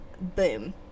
boom